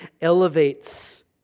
elevates